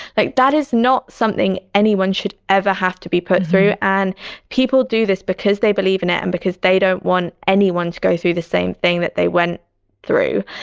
like that is not something anyone should ever have to be put through. and people do this because they believe in it and because they don't want anyone to go through the same thing that they went through.